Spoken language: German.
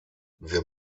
wir